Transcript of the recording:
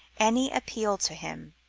any appeal to him.